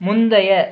முந்தைய